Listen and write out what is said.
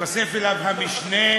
התווסף אליו המשנה,